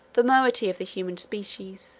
the moiety of the human species.